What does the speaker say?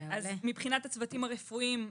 מבחינת הצוותים הרפואיים,